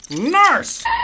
Nurse